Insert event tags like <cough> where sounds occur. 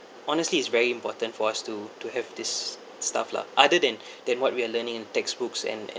honestly it's very important for us to to have this stuff lah other than <breath> than what we are learning in textbooks and and